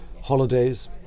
Holidays